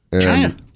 China